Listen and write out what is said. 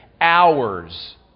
hours